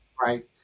Right